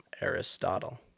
Aristotle